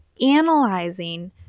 analyzing